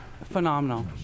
Phenomenal